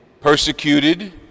persecuted